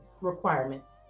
requirements